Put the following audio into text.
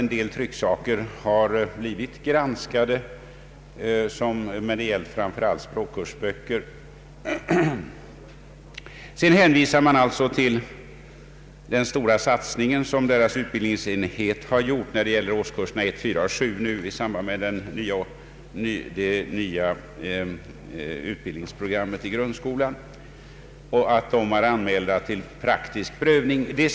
En del trycksaker har dock blivit granskade, men det gäller framför allt språkkursböcker. De stora satsningar som gjorts för årskurserna 1, 4 och 7 i samband med det nya utbildningsprogrammet i grundskolan har också anmälts till praktisk prövning.